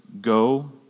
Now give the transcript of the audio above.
go